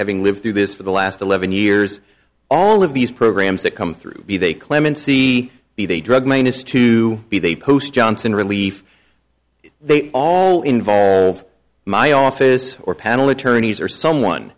having lived through this for the last eleven years all of these programs that come through be they claim and see be they drug manus to be they post johnson relief they all involve my office or panel attorneys or someone